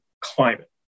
climate